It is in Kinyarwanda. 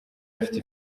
afite